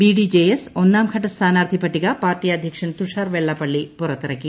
BDJS ഒന്നാം ഘട്ട സ്ഥാനാർത്ഥി പട്ടിക പാർട്ടി അദ്ധ്യക്ഷൻ തുഷാർ വെള്ളാപ്പള്ളി പുറത്തിറക്കി